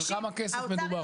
על כמה כסף מדובר?